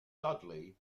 dudley